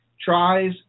tries